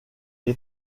est